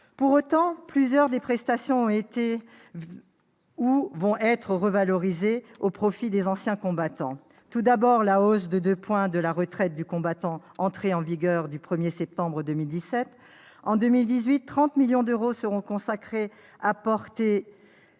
Pour autant, plusieurs des prestations ont été ou vont être revalorisées au profit des anciens combattants. Tout d'abord, la hausse de deux points de la retraite du combattant est entrée en vigueur le 1 septembre 2017. En 2018, pour porter